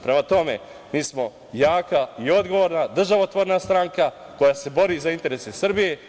Prema tome, mi smo jaka i odgovorna, državotvorna stranka koja se bori za interese Srbije.